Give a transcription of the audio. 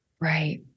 Right